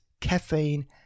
caffeine